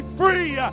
free